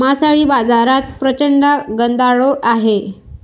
मासळी बाजारात प्रचंड गदारोळ आहे